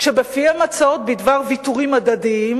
כשבפיהם הצעות בדבר ויתורים הדדיים,